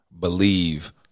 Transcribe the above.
believe